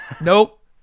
Nope